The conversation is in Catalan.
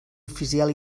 oficial